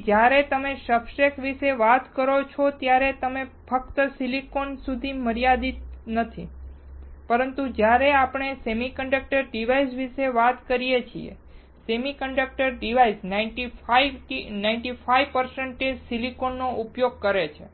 તેથી જ્યારે તમે સબસ્ટ્રેટ વિશે વાત કરો છો ત્યારે તે ફક્ત સિલિકોન સુધી મર્યાદિત નથી પરંતુ જયારે આપણે સેમીકન્ડક્ટર ડિવાઇસ વિશે વાત કરીએ છીએ સેમીકન્ડક્ટર ડિવાઇસ 95 ટકા સિલિકોન નો ઉપયોગ કરે છે